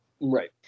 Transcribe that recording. right